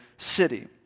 city